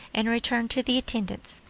and returned to the intendant's,